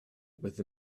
with